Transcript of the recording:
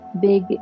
big